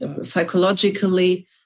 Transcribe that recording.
psychologically